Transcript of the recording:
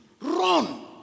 Run